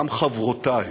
גם לחברותי,